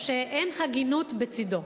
שאין הגינות בצדו.